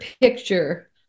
picture